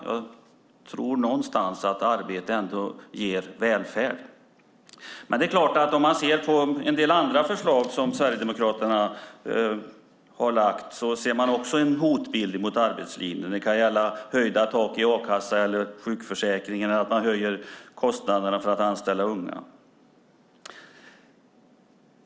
Jag tror ändå att arbete ger välfärd. Även i en del andra förslag som Sverigedemokraterna har lagt fram ser man en hotbild mot arbetslinjen. Det kan gälla höjda tak i a-kassan eller sjukförsäkringen eller att man höjer kostnaderna för att anställa unga.